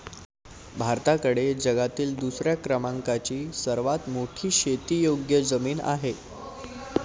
भारताकडे जगातील दुसऱ्या क्रमांकाची सर्वात मोठी शेतीयोग्य जमीन आहे